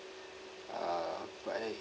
uh but I